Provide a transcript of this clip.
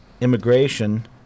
immigration